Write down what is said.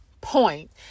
point